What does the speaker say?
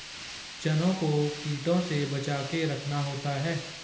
चनों को कीटों से बचाके रखना होता है